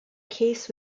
case